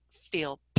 feel